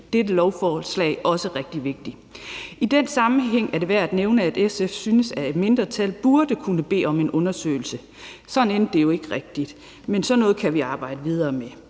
dette lovforslag også rigtig vigtigt. I den sammenhæng er det værd at nævne, at SF synes, at et mindretal burde kunne bede om en undersøgelse. Sådan endte det jo ikke rigtig, men sådan noget kan vi arbejde videre med.